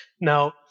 Now